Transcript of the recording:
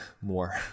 more